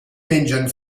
mengen